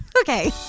okay